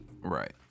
Right